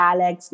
Alex